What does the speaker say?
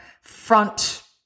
front